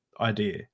idea